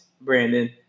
Brandon